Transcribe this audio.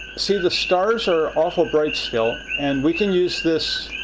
see, the stars are awful bright still. and we can use this